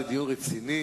זה דיון רציני,